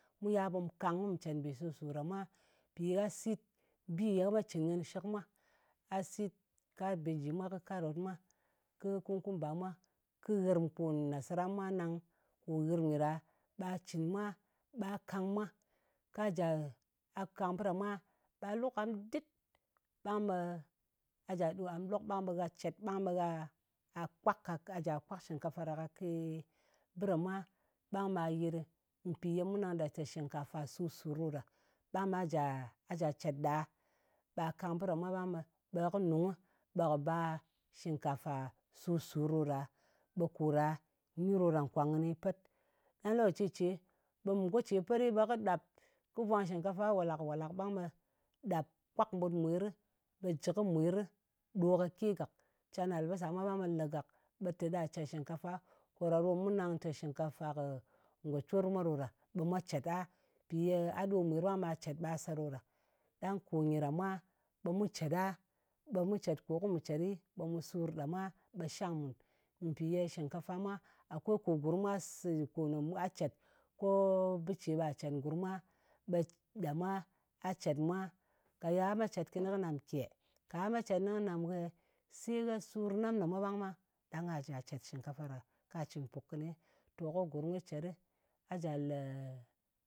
Mu yal ɓe mu kang ku cèt mbì sur-sùr ɗa mwa, mpì gha sit bi gha cɨn kɨnɨ shɨk mwa. A sit kabègi mwa kɨ karot mwa kɨ kɨ kukumba mwa, kɨ nghɨrm kò nasara mwa nang kò nghɨm nyɨ ɗa, ɓa cɨn mwa, ɓa kang mwa, ka jà a kang bɨ ɗa mwa ɓa luk am dit. Ɓang ɓe a ja ɗo am lok ɓang ɓe gha cet ɓang ɓe a kwak, a jà kwak shɨngkafa ɗa kake bɨ ɗa mwa, ɓang ɓa a yɨt ɗɨ pì ye mu nang ɗa tè shìngkàfà sur-sùr ɗo ɗa. Ɓang ɓa jà, a jà cet ɗa ɓa kang bɨ ɗa mwa, ɓang ɓe kɨ nungnɨ, ɓe kɨ bar shɨngkàfà sur-sùr ɗo ɗa, ɓe ko ɗa nyi ɗo ko ɗa nkwàng kɨni pet. Dang lokaci ce ɓe mɨ go ce pet ɗi, ɓe kɨ ɗap, kɨ vwang shɨngkafa wàlàk-wàlàk, ɓang ɓe ɗap kwak mɓut mwirɨ. Ɓe jɨ kɨ mwir ɗo kake gàk. Càn albasa mwa ɓang ɓe le gàk, ɓe tè ɗa cèt shɨngkafa. Kò ɗa ɗò mu nang te shɨnkafa kɨ ngò cor mwa ɗo ɗa. Ɓe mwa cet a mpì ye ɗo mwir ɓang ɓa cèt ɓa se ɗo ɗa. Ɗang kò nyɨ ɗa mwa, ɓe mu cèt a, ɓe mu cèt ko ku ncèt ɗɨ, ɓe mu sur ɗa mwa ɓe shang mùn. Mpì ye shɨngkafa, akwei kò gurm mwa sɨn, ko ne mwa cèt, koo bɨ ce ɓa cèt ngurm mwa, ɓe ɗa mwa, a cèt mwa, ka ya me cèt kɨnɨ kɨ nàm kì e? Ka gha me cet kɨnɨ kɨ nàm nghɨ e, se gha sur nam ɗa mwa ɓang ma. Ɗang ka jà cèt shɨngkafa ɗa, kà cɨn pùk kɨni. To ko gurm kɨ cet ɗɨ a ja le